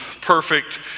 perfect